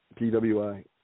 PWI